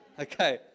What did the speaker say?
Okay